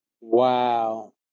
Wow